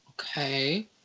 okay